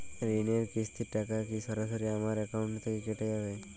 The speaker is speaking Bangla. ঋণের কিস্তির টাকা কি সরাসরি আমার অ্যাকাউন্ট থেকে কেটে যাবে?